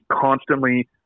constantly